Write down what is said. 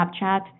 Snapchat